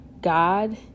God